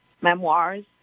Memoirs